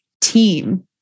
team